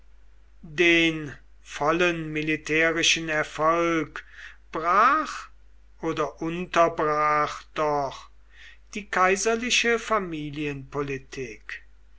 den vollen militärischen erfolg brach oder unterbrach doch die kaiserliche